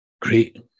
Great